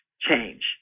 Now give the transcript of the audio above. change